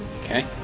Okay